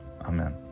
Amen